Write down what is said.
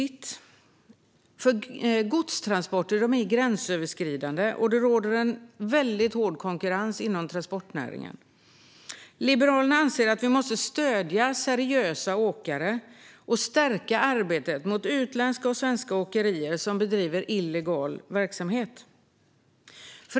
Godstransporter är gränsöverskridande, och det råder en väldigt hård konkurrens inom transportnäringen. Liberalerna anser att vi måste stödja seriösa åkare och stärka arbetet mot utländska och svenska åkerier som bedriver illegal verksamhet.